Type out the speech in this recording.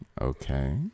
okay